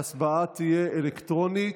ההצבעה תהיה אלקטרונית.